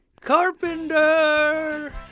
carpenter